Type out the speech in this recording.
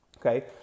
Okay